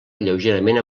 lleugerament